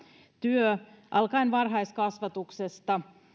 työ alkaen varhaiskasvatuksesta